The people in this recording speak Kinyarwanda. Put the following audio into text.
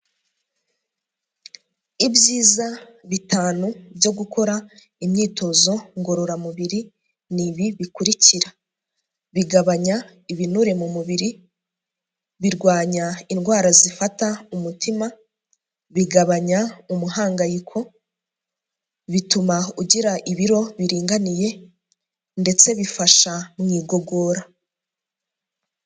Ibyiza bitanu byo gukora imyitozo ngororamubiri ni ibi bikurikira: bigabanya ibinure mu mubiri, birwanya indwara zifata umutima, bigabanya umuhangayiko, bituma ugira ibiro biringaniye ndetse bifasha mu igogora.